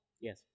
yes